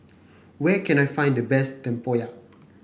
where can I find the best tempoyak